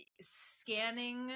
scanning